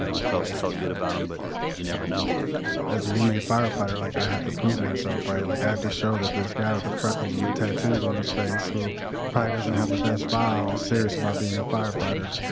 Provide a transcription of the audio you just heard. you know i felt felt good about him. but you never know as an inmate firefighter like i have to prove myself. i yeah like i have to show that this guy with the freckles and the tattoos on his face, who probably doesn't have the best file, is serious about being a firefighter